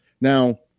Now